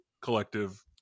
collective